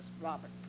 Robert